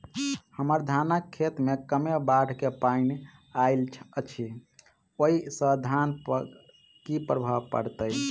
हम्मर धानक खेत मे कमे बाढ़ केँ पानि आइल अछि, ओय सँ धान पर की प्रभाव पड़तै?